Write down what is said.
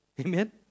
Amen